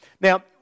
Now